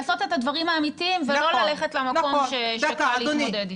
לעשות את הדברים האמיתיים ולא ללכת למקום שקל להתמודד איתו.